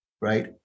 right